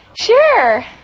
sure